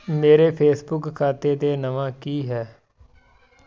ਮੇਰੇ ਫੇਸਬੁੱਕ ਖਾਤੇ 'ਤੇ ਨਵਾਂ ਕੀ ਹੈ